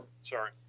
Sorry